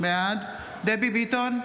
בעד דבי ביטון,